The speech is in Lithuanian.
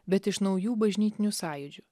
bet iš naujų bažnytinių sąjūdžių